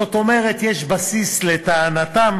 זאת אומרת יש בסיס לטענתם,